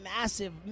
massive